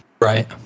Right